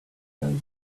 hazard